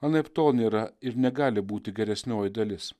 anaiptol nėra ir negali būti geresnioji dalis